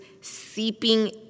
seeping